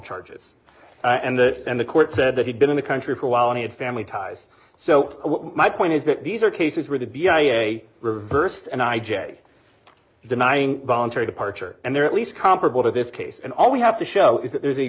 charges and that and the court said that he'd been in the country for a while and had family ties so my point is that these are cases where the b i a reversed and i j denying voluntary departure and they're at least comparable to this case and all we have to show is that there's a